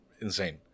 insane